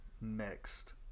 next